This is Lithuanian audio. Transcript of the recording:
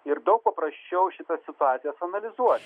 ir daug paprasčiau šitas situacijas analizuoti